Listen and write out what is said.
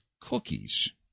cookies